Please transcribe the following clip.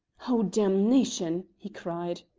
oh, damnation! he cried.